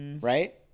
Right